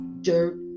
dirt